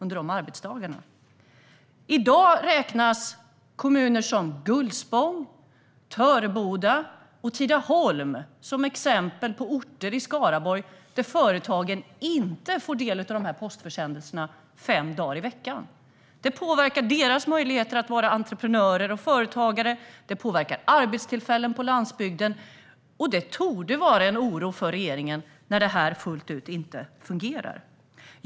I dag är Gullspång, Töreboda och Tidaholm exempel på kommuner i Skaraborg där företagarna inte får del av postförsändelser fem dagar i veckan. Det påverkar deras möjligheter att vara entreprenörer och företagare. Det påverkar arbetstillfällen på landsbygden. Det torde vara en oro för regeringen när detta inte fullt ut fungerar.